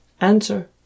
Answer